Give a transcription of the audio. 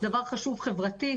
דבר חשוב חברתית,